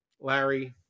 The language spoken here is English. Larry